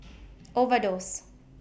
Overdose